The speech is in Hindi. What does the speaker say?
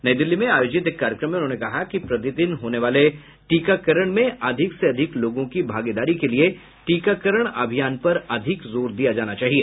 नई दिल्ली में आयोजित एक कार्यक्रम में उन्होंने कहा कि प्रतिदिन होने वाले टीकाकरण में अधिक से अधिक लोगों की भागीदारी के लिए टीकाकरण अभियान पर अधिक जोर दिया जाना चाहिए